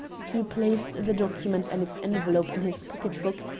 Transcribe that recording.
he placed the document and its envelope in his pocket-book,